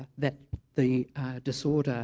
that the disorder